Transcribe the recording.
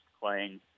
playing